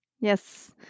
Yes